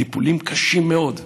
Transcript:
טיפולים קשים מאוד.